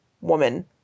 woman